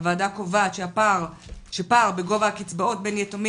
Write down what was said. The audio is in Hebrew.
הוועדה קובעת שפער בגובה הקצבאות בין יתומים